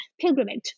pilgrimage